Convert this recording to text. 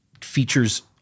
features